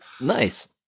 Nice